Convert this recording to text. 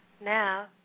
now